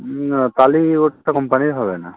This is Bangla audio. না তাহলে ওরটা কম্পানির হবে না